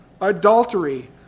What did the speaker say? adultery